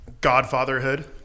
Godfatherhood